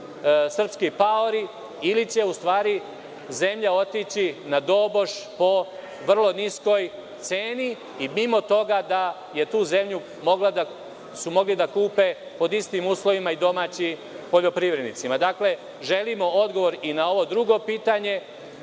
srpski paori ili će u stvari zemlja otići na doboš po vrlo niskoj ceni i mimo toga da su tu zemlju mogli da kupe pod istim uslovima i domaći poljoprivrednici? Dakle, želimo odgovor i na ovo drugo pitanje.